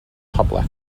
public